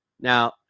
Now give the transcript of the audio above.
Now